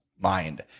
mind